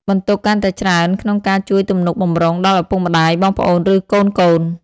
បន្ទុកកាន់តែច្រើនក្នុងការជួយទំនុកបម្រុងដល់ឪពុកម្ដាយ បងប្អូន ឬកូនៗ។